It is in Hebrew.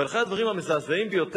ואני שואל את עצמי שתי